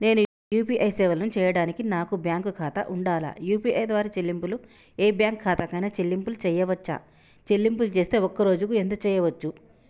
నేను యూ.పీ.ఐ సేవలను చేయడానికి నాకు బ్యాంక్ ఖాతా ఉండాలా? యూ.పీ.ఐ ద్వారా చెల్లింపులు ఏ బ్యాంక్ ఖాతా కైనా చెల్లింపులు చేయవచ్చా? చెల్లింపులు చేస్తే ఒక్క రోజుకు ఎంత చేయవచ్చు?